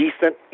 decent